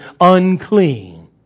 unclean